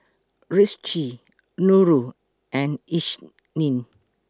Rizqi Nurul and Isnin